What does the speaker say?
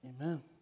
amen